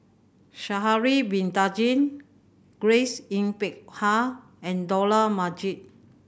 Sha'ari Bin Tadin Grace Yin Peck Ha and Dollah Majid